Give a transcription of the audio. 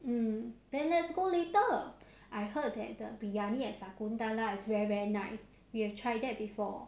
mm then let's go later I heard that the biryani at sakunthala is very very nice we have tried that before